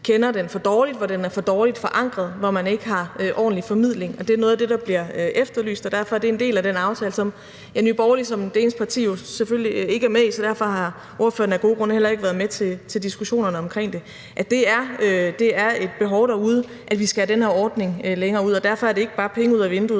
kender den for dårligt, hvor den er for dårligt forankret, hvor man ikke har en ordentlig formidling, og det er noget af det, der bliver efterlyst. Derfor er det en del af den aftale, som Nye Borgerlige som det eneste parti jo selvfølgelig ikke er med i, så derfor har ordføreren af gode grunde heller ikke været med til diskussionerne omkring det. Der er et behov for derude, at vi skal have den her ordning længere ud, og derfor er det ikke bare penge ud af vinduet